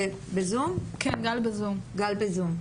קוראים לי גל ויינשטיין ואני עובדת סוציאלית בבית דרור,